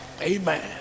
amen